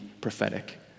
prophetic